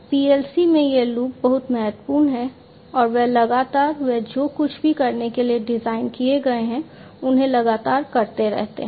PLC में यह loop बहुत महत्वपूर्ण है और वे लगातार वे जो कुछ भी करने के लिए डिज़ाइन किए गए हैं उन्हें लगातार करते रहते हैं